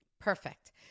Perfect